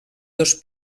dos